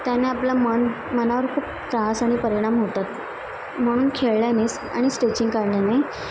त्याने आपलं मन मनावर खूप त्रास आणि परिणाम होतात म्हणून खेळल्यानेच आणि स्टेचिंग काढल्याने